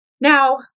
Now